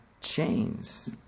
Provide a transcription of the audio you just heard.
chains